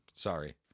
Sorry